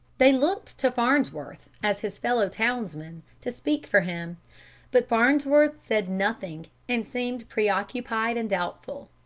they looked to farnsworth as his fellow townsman to speak for him but farnsworth said nothing, and seemed preoccupied and doubtful.